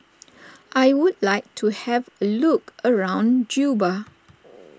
I would like to have a look around Juba